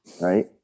right